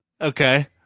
Okay